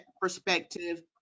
perspective